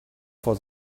for